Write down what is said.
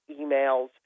emails